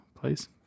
please